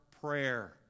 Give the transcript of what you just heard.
prayer